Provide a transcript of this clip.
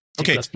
Okay